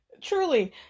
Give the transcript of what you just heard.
truly